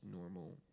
normal